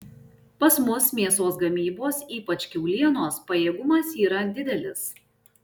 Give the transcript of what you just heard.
pas mus mėsos gamybos ypač kiaulienos pajėgumas yra didelis